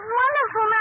wonderful